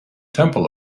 temple